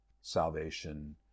salvation